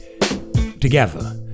together